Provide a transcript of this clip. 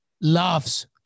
loves